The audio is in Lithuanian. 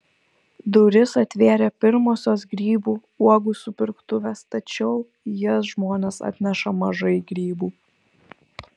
duris atvėrė pirmosios grybų uogų supirktuvės tačiau į jas žmonės atneša mažai grybų